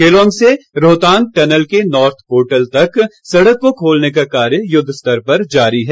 केलांग से रोहतांग टनल के north portal तक सड़क को खोलने का कार्य युद्धस्तर पर जारी है